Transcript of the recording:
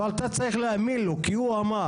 אבל אתה צריך להאמין לו, כי הוא אמר.